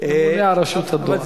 הממונה על רשות הדואר.